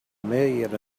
million